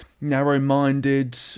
narrow-minded